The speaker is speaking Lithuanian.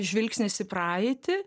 žvilgsnis į praeitį